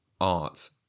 art